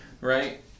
Right